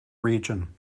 region